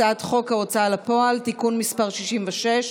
הצעת חוק ההוצאה לפועל (תיקון מס' 66)